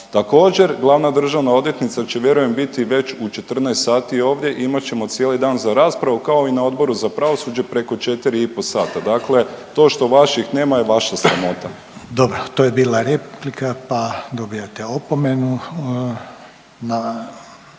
Također, glavna državna odvjetnica će, vjerujem, biti već u 14 sati ovdje i imat ćemo cijeli dan za raspravu, kao i na Odboru za pravosuđe, preko 4,5 sata. Dakle to što vaših nema je vaša sramota. **Reiner, Željko (HDZ)** Dobro, to je bila replika pa dobijate opomenu.